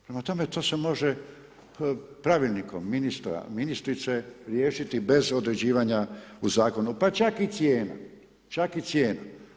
Prema tome to se može pravilnikom ministra, ministrice riješiti bez određivanja u zakonu pa čak i cijena, čak i cijena.